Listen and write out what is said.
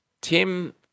Tim